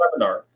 webinar